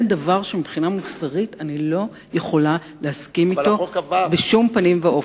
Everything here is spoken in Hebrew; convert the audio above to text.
זה דבר שמבחינה מוסרית אני לא יכולה להסכים אתו בשום פנים ואופן.